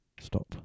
stop